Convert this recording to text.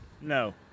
No